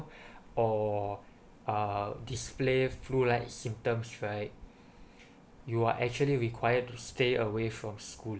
or uh display flu like symptoms right you are actually required to stay away from school